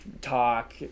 talk